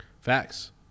Facts